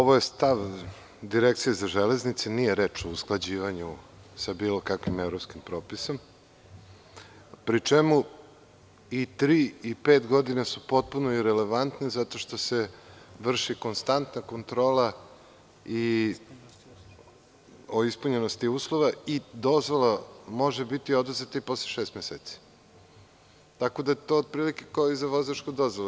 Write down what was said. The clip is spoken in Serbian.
Ovo je stav Direkcije za železnice, nije reč o usklađivanju sa bilo kakvim evropskim propisom, pri čemu i tri i pet godina su potpuno irelevantne zato što se vrši konstantna kontrola o ispunjenosti uslova i dozvola može biti oduzeta i posle šest meseci, tako da je to otprilike kao i za vozačku dozvolu.